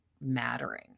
mattering